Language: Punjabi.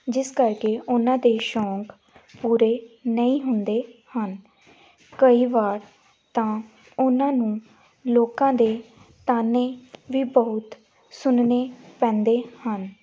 ਜਿਸ ਕਰਕੇ ਉਹਨਾਂ ਦੇ ਸ਼ੌਂਕ ਪੂਰੇ ਨਹੀਂ ਹੁੰਦੇ ਹਨ ਕਈ ਵਾਰ ਤਾਂ ਉਹਨਾਂ ਨੂੰ ਲੋਕਾਂ ਦੇ ਤਾਨੇ ਵੀ ਬਹੁਤ ਸੁਣਨੇ ਪੈਂਦੇ ਹਨ